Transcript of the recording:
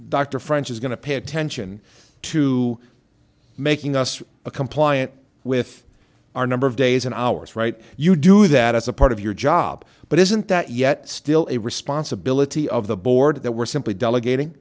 dr french is going to pay attention to making us a compliant with our number of days and hours right you do that as a part of your job but isn't that yet still a responsibility of the board that we're simply delegating